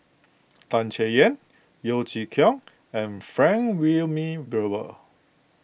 Tan Chay Yan Yeo Chee Kiong and Frank Wilmin Brewer